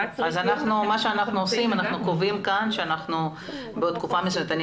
אנחנו קובעים כאן שבעוד תקופה מסוימת נקיים דיון מעקב.